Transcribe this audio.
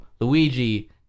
Luigi